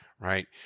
right